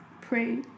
pray